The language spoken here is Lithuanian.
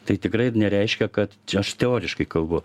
tai tikrai nereiškia kad čia aš teoriškai kalbu